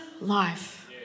life